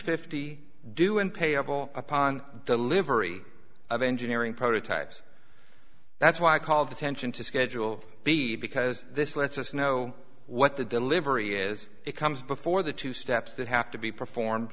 fifty due and payable upon the livery of engineering prototypes that's why i called attention to schedule b because this lets us know what the delivery is it comes before the two steps that have to be performed